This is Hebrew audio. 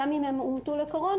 גם אם הם אומתו לקורונה,